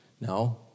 No